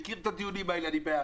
אני מכיר את הדיונים האלה, אני בעד.